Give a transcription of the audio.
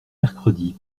mercredi